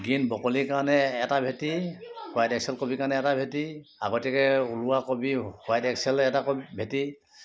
green broccoli কাৰনে এটা ভেঁটি হোৱাইট এক্সেল কবি কাৰণে এটা ভেঁটি আগতীয়াকৈ ওলোৱা কবি হোৱাইট এক্সেল এটা ভেঁটি